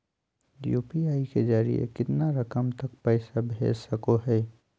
UPI के जरिए कितना रकम तक पैसा भेज सको है?